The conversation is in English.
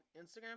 Instagram